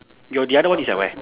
your the other one is at where